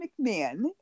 McMahon